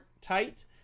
tight